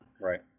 Right